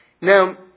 Now